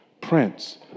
Prince